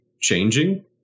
changing